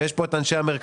ויש פה את אנשי המרכזים.